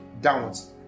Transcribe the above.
downwards